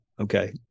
Okay